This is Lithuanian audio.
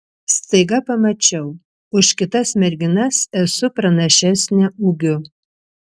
staiga pamačiau už kitas merginas esu pranašesnė ūgiu